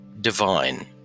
divine